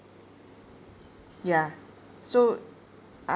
ya so